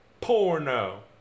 porno